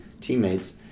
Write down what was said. teammates